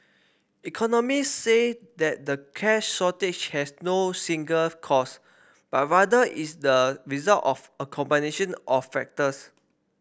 economist say that the cash shortage has no single cause but rather is the result of a combination of factors